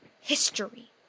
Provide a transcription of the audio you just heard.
history